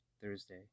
Thursday